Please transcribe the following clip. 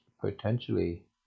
potentially